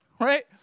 right